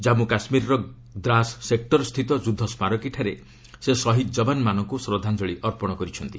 ଜାମ୍ମୁ କାଶ୍ମୀରର ଦ୍ରାସ୍ ସେକ୍ଟର ସ୍ଥିତ ଯୁଦ୍ଧ ସ୍ମାରକୀଠାରେ ସେ ଶହୀଦ୍ ଯବାନମାନଙ୍କୁ ଶ୍ରଦ୍ଧାଞ୍ଜଳୀ ଅର୍ପଣ କରିଛନ୍ତି